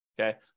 okay